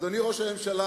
אדוני ראש הממשלה,